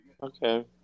Okay